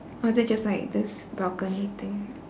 or is it just like this balcony thing